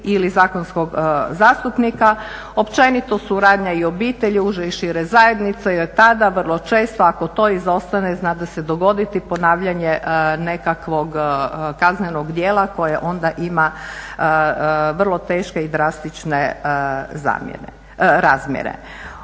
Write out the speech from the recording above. ili zakonskog zastupnika, općenito suradnja i obitelji, uže i šire zajednice … tada vrlo često ako to izostane znade se dogoditi ponavljanje nekakvog kaznenog djela koje onda ima vrlo teške i drastične razmjere.